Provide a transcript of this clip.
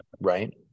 right